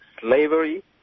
slavery